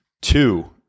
Two